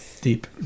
deep